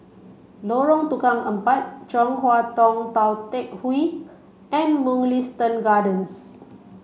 Lorong Tukang Empat Chong Hua Tong Tou Teck Hwee and Mugliston Gardens